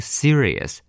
serious